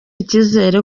ikizere